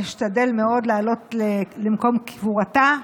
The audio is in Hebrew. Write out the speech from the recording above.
אשתדל מאוד לעלות למקום קבורתה היום.